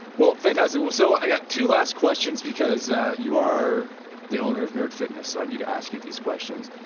well, fantastic, so i got two last questions because ah you are the owner of nerd fitness, so i need to ask you these questions.